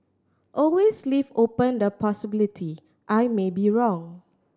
always leave open the possibility I may be wrong